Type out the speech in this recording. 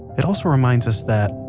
it also reminds us that,